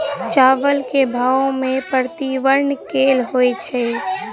चावल केँ भाव मे परिवर्तन केल होइ छै?